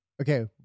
okay